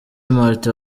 martin